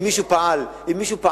אם מישהו פעל אחרת,